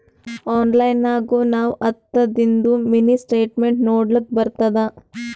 online ನಾಗ್ನು ನಾವ್ ಹತ್ತದಿಂದು ಮಿನಿ ಸ್ಟೇಟ್ಮೆಂಟ್ ನೋಡ್ಲಕ್ ಬರ್ತುದ